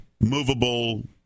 movable